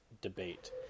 debate